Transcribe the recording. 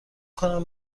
کنم